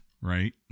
right